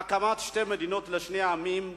הקמת שתי מדינות לשני העמים,